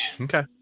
Okay